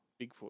Bigfoot